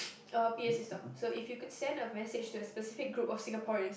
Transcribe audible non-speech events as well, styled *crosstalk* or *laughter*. *noise* uh P_A system so if you could send a message to a specific group of Singaporeans